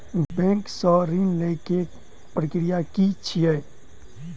Bank सऽ ऋण लेय केँ प्रक्रिया की छीयै?